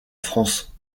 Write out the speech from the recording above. france